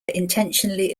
intentionally